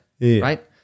right